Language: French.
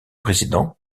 président